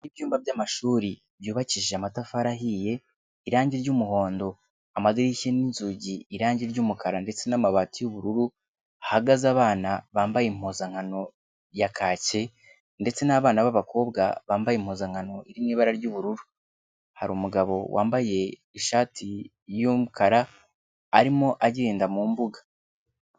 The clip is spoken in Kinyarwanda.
Ibyumba by'amashuri byubakishije amatafari ahiye, irangi ry'umuhondo, amadirishya n'inzugi asize irangi ry'umukara ndetse n'amabati y'ubururu, hahagaze abana bambaye impuzankano ya kake ndetse n'abana b'abakobwa bambaye impuzankano iri mu ibara ry'ubururu, hari umuntu w'umugabo wambaye ishati y'umukara arimo agenda mu mbuga.